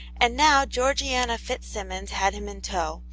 and now georgiana fitzsimmons had him in tow,